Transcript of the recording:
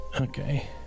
Okay